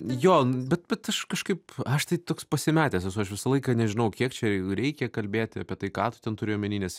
jo bet bet aš kažkaip aš tai toks pasimetęs esu aš visą laiką nežinau kiek čia reikia kalbėti apie tai ką tu ten turi omeny nes